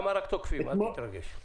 אל תתרגש.